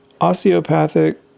osteopathic